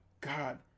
God